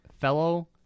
fellow